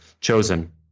chosen